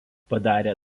padarė